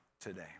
today